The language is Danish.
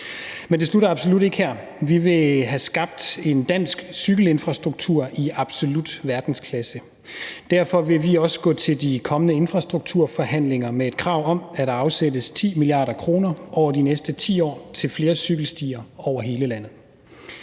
men det slutter absolut ikke her. Vi vil have skabt en dansk cykelinfrastruktur i absolut verdensklasse. Derfor vil vi også gå til de kommende infrastrukturforhandlinger med et krav om, at der afsættes 10 mia. kr. over de næste 10 år til flere cykelstier over hele landet.